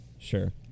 sure